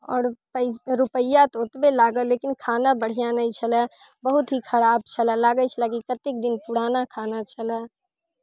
आओर पैसा रूपैआ तऽ ओतबे लागल लेकिन खाना बढ़िआँ नहि छलै बहुत ही खराब छलै लागै छलै की कतेक दिन पुराना खाना छलै